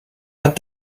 let